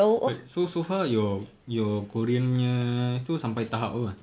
wait so so far your your korean punya tu sampai tahap apa